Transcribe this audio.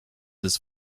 this